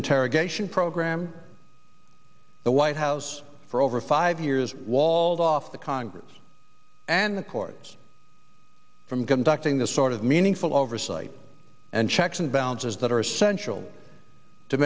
interrogation program the white house for over five years walled off the congress and the courts from conducting the sort of meaningful oversight and checks and balances that are essential to